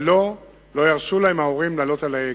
ולא, לא ירשו להם לשבת ליד ההגה.